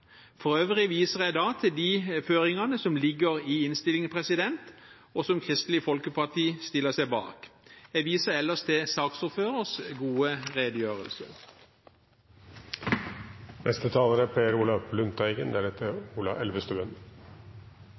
For øvrig viser jeg til de føringene som ligger i innstillingen, og som Kristelig Folkeparti stiller seg bak. Jeg viser ellers til saksordførerens gode redegjørelse. Jeg vil først takke forslagsstillerne, Kirsti Bergstø og Torgeir Knag Fylkesnes, for det dokumentet de har framlagt. Det er